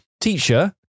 Teacher